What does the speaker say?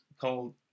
called